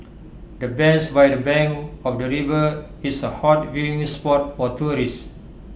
the bench by the bank of the river is A hot viewing spot for tourists